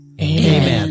Amen